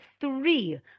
three